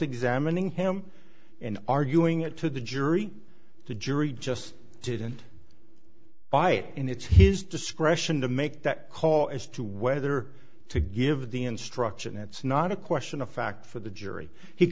examining him in arguing it to the jury the jury just didn't buy it and it's his discretion to make that call as to whether to give the instruction it's not a question of fact for the jury he